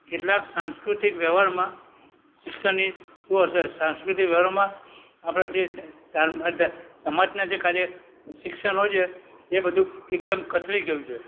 કેટલાક સાંસ્કૃતિક વ્યવહારમાં શિક્ષણની શું અસર સાંસ્કૃતિક વ્યવહારોમાં આપણા જે સમાજના જે કાર્ય શિક્ષણ હોય છે એ બધુ એકદમ કથળી ગયું છે